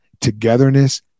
togetherness